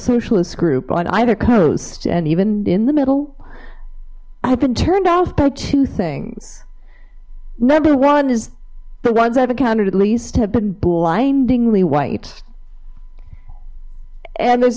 socialist group on either coast and even in the middle i've been turned off by two things number one is the ones i have encountered at least have been blindingly white and there's